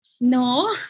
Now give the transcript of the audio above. no